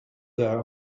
there